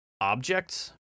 objects